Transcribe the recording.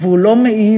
והוא לא מעז